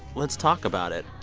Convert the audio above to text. let's talk about it.